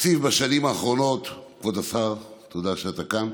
התקציב בשנים האחרונות, כבוד השר, תודה שאתה כאן,